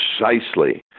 precisely